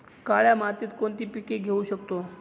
काळ्या मातीत कोणती पिके घेऊ शकतो?